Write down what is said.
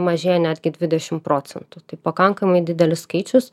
mažėja netgi dvidešimt procentų tai pakankamai didelis skaičius